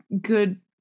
good